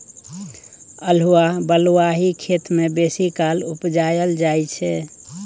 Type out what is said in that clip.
अल्हुआ बलुआही खेत मे बेसीकाल उपजाएल जाइ छै